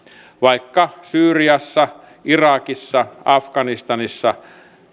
vaikka syyriassa irakissa afganistanissa